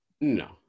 No